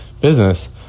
business